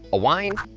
a wine?